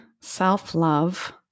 self-love